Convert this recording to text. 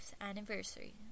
anniversary